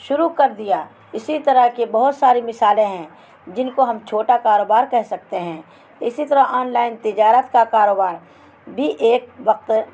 شروع کر دیا اسی طرح کے بہت ساری مثالیں ہیں جن کو ہم چھوٹا کاروبار کہہ سکتے ہیں اسی طرح آن لائن تجارات کا کاروبار بھی ایک وقت